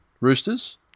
Roosters